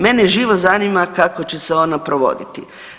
Mene živo zanima kako će se ona provoditi.